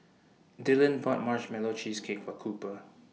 Dillion bought Marshmallow Cheesecake For Cooper